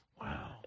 Wow